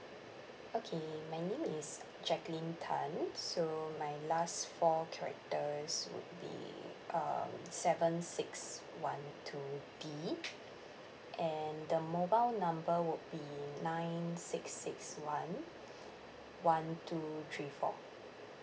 okay my name is jaclyn tan so my last four characters would be uh seven six one two B and the mobile number would be nine six six one one two three four